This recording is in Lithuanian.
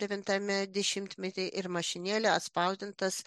devintame dešimtmety ir mašinėle atspausdintas